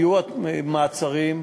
היו מעצרים,